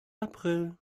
april